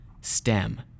STEM